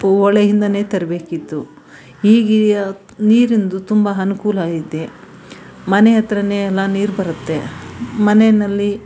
ಹೊಳೆಯಿಂದಲೇ ತರಬೇಕಿತ್ತು ಈಗೀಗ ನೀರಿಂದು ತುಂಬ ಅನುಕೂಲ ಇದೆ ಮನೆ ಹತ್ರನೇ ಎಲ್ಲ ನೀರು ಬರುತ್ತೆ ಮನೆಯಲ್ಲಿ